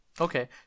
Okay